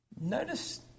Notice